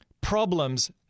problems